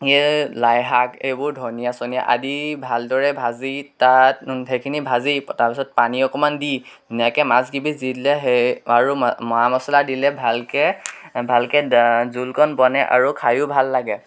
লাই শাক এইবোৰ ধনিয়া চনিয়া আদি ভালদৰে ভাজি তাত সেইখিনি ভাজি তাৰপিছত পানী অকণমান দি ধুনীয়াকৈ মাছ কেইপিচ দি দিলে সেই আৰু মা মচলা দিলে ভালকৈ ভালকৈ জোলকণ বনে আৰু খাইও ভাল লাগে